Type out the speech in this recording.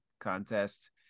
contest